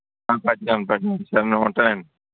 ఆ పెడతాం పెడతాం సరే నేను ఉంటానండి